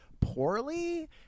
poorly